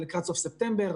-- לקראת סוף ספטמבר,